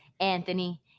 Anthony